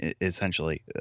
essentially